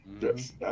Yes